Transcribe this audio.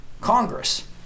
Congress